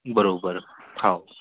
बरोबर हो